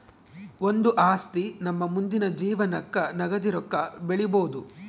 ಒಂದು ಆಸ್ತಿ ನಮ್ಮ ಮುಂದಿನ ಜೀವನಕ್ಕ ನಗದಿ ರೊಕ್ಕ ಬೆಳಿಬೊದು